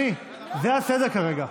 זה לא בסדר.